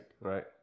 Right